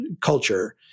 culture